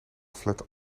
flat